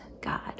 God